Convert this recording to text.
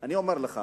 אני אומר לך